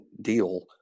deal